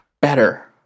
better